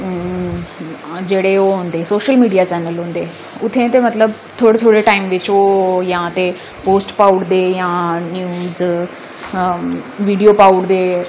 जेह्ड़े ओह् होंदे सोशल मिडिया चैनल होंदे उत्थै ते मतलब थोह्ड़े थोह्ड़े टाइम बिच ओह् जां ते ओह् पोस्ट पाई ओड़दे जां न्यूज विडियो पाई ओड़दे